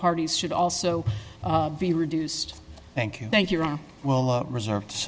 parties should also be reduced thank you thank you rob well reserve